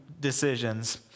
decisions